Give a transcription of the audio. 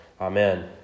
Amen